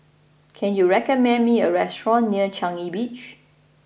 can you recommend me a restaurant near Changi Beach